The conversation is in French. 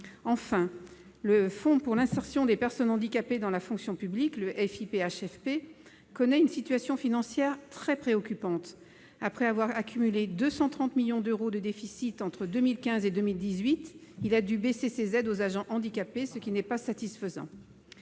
enfin, le fonds pour l'insertion des personnes handicapées dans la fonction publique, le FIPHFP, connaît une situation financière très préoccupante, après avoir accumulé 230 millions d'euros de déficit entre 2015 et 2018. Il a dû baisser ses aides aux agents handicapés, ce qui n'est pas satisfaisant.